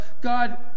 God